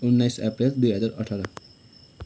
उन्नाइस अप्रेल दुई हजार अठार